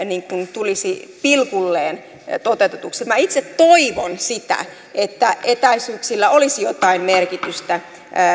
tulisi pilkulleen toteutetuksi minä itse toivon sitä että etäisyyksillä olisi jotain merkitystä